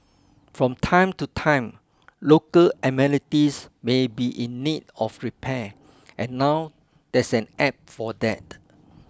from time to time local amenities may be in need of repair and now there's an App for that